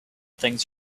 things